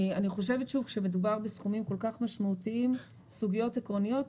אני חושבת שכשמדובר בסכומים כל כך משמעותיים וסוגיות עקרוניות,